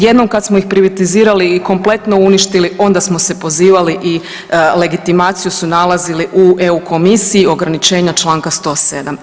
Jednom kad smo ih privatizirali i kompletno uništili onda smo se pozivali i legitimaciju su nalazili u eu komisiji, ograničenja čl. 107.